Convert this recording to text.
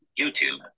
YouTube